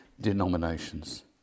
denominations